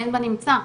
אין בנמצא,